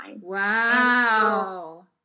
Wow